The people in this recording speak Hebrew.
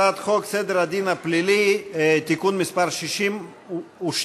הצעת חוק סדר הדין הפלילי (תיקון מס' 62,